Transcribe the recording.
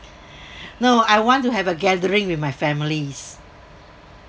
no I want to have a gathering with my families